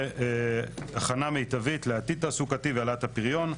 והכנה מיטבית לעתיד תעסוקתי ולהעלאת הפריון.